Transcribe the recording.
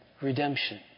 redemption